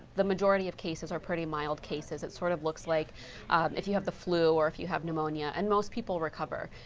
the majority of cases are pretty mild cases. it sort of looks like if you have the flu or if you have pneumonia, and most people recover.